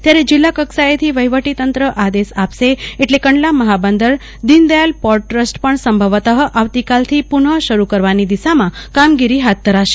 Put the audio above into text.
ત્યારે જિલ્લા કક્ષાએથી વહીવટી તંત્ર આદેશ આપશ એટલે દોનદયાદ પોર્ટ ટ્રસ્ટ પણ સંભવતઃ આવતી કાલથી પુનઃ શરૂ કરવાનો દિશામાં કામગીરી હાથ ધરાશે